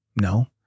no